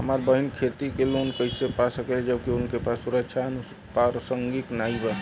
हमार बहिन खेती के लोन कईसे पा सकेली जबकि उनके पास सुरक्षा या अनुपरसांगिक नाई बा?